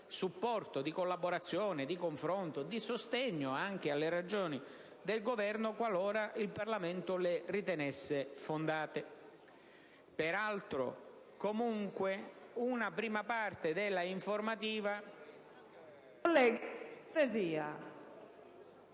di collaborazione, di confronto e di sostegno alle ragioni del Governo, qualora le ritenesse fondate.